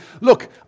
look